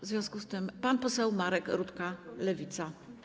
W związku z tym pan poseł Marek Rutka, Lewica.